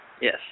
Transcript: Yes